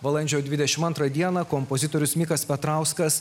balandžio dvidešimt antrą dieną kompozitorius mikas petrauskas